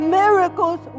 miracles